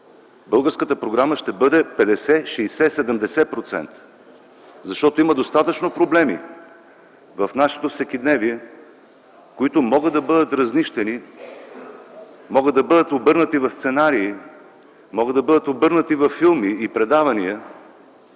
българската програма ще бъде 50-60-70%. Защото има достатъчно проблеми в нашето всекидневие, които могат да бъдат разнищени, могат да бъдат обърнати в сценарии, във филми и предавания,